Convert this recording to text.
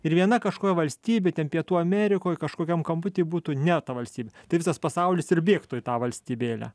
ir viena kažkokia valstybė ten pietų amerikoje kažkokiam kamputy būtų ne ta valstybė tai visas pasaulis ir bėgtų į tą valstybėlę